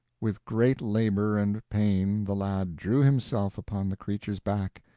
with great labor and pain the lad drew himself upon the creature's back,